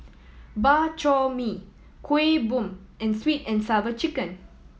Bak Chor Mee Kueh Bom and Sweet And Sour Chicken